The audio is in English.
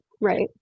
right